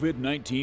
COVID-19